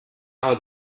are